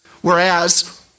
whereas